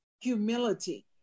humility